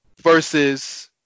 versus